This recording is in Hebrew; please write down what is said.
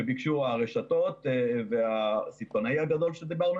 שביקשו הרשתות והסיטונאי הגדול אתו דיברנו